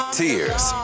tears